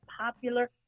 popular